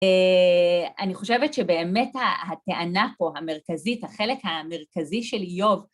אני חושבת שבאמת הטענה פה המרכזית, החלק המרכזי של איוב